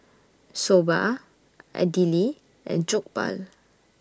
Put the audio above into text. Soba Idili and Jokbal